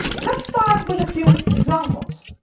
let's start with a few examples.